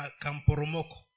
kamporomoko